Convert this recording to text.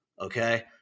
Okay